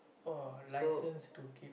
oh licensed to keep